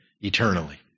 eternally